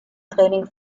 training